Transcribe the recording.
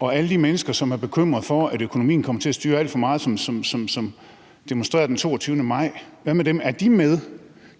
og alle de mennesker, som er bekymrede for, at økonomien kommer til at styre alt for meget, sådan som det blev demonstreret den 22. maj? Hvad med dem – er de med?